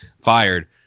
fired